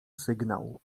sygnał